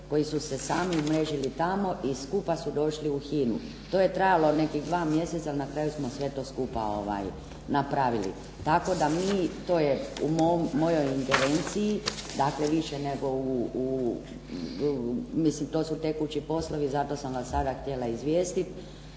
koji su se sami umrežili tamo i skupa su došli u HINA-u. To je trajalo nekih dva mjeseca ali na kraju smo sve to skupa napravili, tako da mi to je u mojoj ingerencije dakle više nego, mislim da su tekući poslovi i zato sam vas sada htjela izvijestiti.